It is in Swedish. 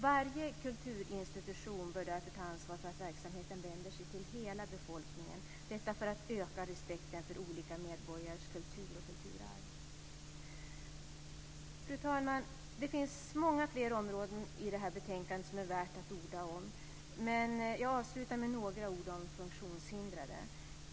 Varje kulturinstitution bör därför ta ansvar för att verksamheten vänder sig till hela befolkningen - detta för att öka respekten för olika medborgares kultur och kulturarv. Fru talman! Det finns många fler områden i detta betänkande som är värda att orda om, men jag avslutar med några ord om de funktionshindrade.